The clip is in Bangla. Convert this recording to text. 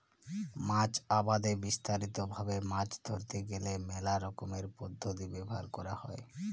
মাছ আবাদে বিস্তারিত ভাবে মাছ ধরতে গ্যালে মেলা রকমের পদ্ধতি ব্যবহার ক্যরা হ্যয়